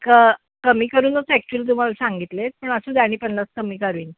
क कमी करूनच ॲक्च्युली तुम्हाला सांगितले आहेत पण असू द्या आणि पन्नास कमी करीन